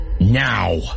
Now